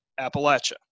Appalachia